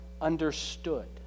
understood